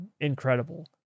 incredible